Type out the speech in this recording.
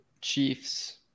chiefs